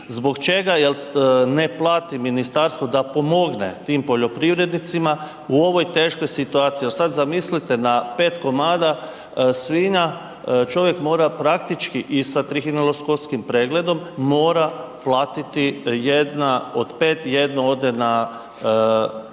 Zbog čega ne plati ministarstvo da pomogne tim poljoprivrednicima u ovoj teškoj situaciji jer sad zamislite, na 5 komada svinja čovjek mora praktički i sa trihineloskopskim pregledom mora platiti jedna od 5, jedno ode na